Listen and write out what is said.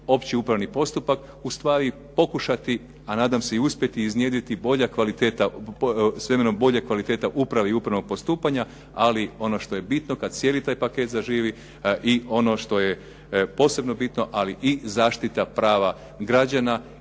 opći upravni postupak ustvari pokušati, a nadam se i uspjeti iznjedriti s vremenom bolja kvaliteta uprave i upravnog postupanja, ali ono što je bitno kad cijeli taj paket zaživi i ono što je posebno bitno, ali i zaštita prava građana